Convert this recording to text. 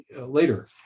later